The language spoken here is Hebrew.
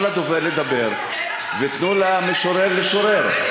באמת, תנו לדובר לדבר ותנו למשורר לשורר.